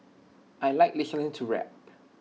I Like listening to rap